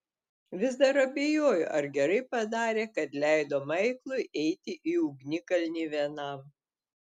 vis dar abejojo ar gerai padarė kad leido maiklui eiti į ugnikalnį vienam